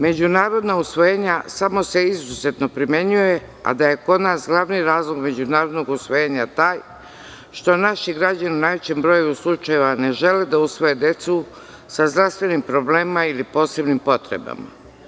Međunarodna usvojenja samo se izuzetnu primenjuju, a da je kod nas glavni razlog međunarodnog usvojenja taj što naši građani u najvećem broju slučajeva ne žele da usvoje decu sa zdravstvenim problemima ili posebnim potrebama.